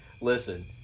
Listen